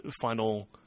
final